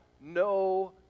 no